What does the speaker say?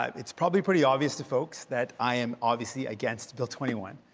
um it's probably pretty obvious to folks that i am obviously against bill twenty one.